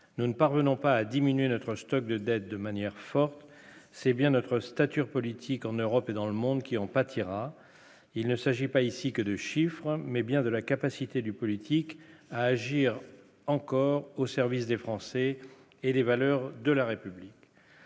nous ne parvenons pas à diminuer notre stock de dettes de manière forte, c'est bien notre stature politique en Europe et dans le monde qui en pâtira, il ne s'agit pas ici que de chiffres, mais bien de la capacité du politique à agir encore au service des Français et des valeurs de la République.